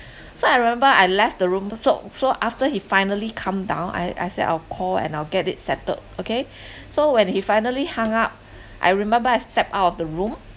so I remember I left the room so so after he finally calm down I I say I'll call and I'll get it settled okay so when he finally hung up I remember I stepped out of the room